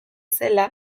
zela